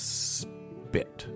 spit